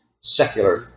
secular